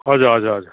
हजुर हजुर हजुर